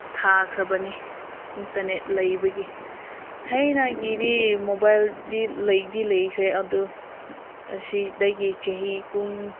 ꯊꯥꯈ꯭ꯔꯕꯅꯤ internet ꯂꯩꯕꯒꯤ ꯊꯥꯏꯅꯒꯤꯗꯤ ꯃꯣꯕꯥꯏꯜꯗꯤ ꯂꯩꯗꯤ ꯂꯩꯈ꯭ꯔꯦ ꯑꯗꯨ ꯑꯁꯤꯗꯒꯤ ꯆꯍꯤ ꯀꯨꯟ